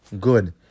Good